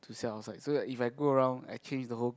to sell outside so that if I go around I change the whole